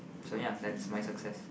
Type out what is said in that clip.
so ya that's my success